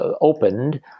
opened